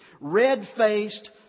red-faced